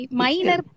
minor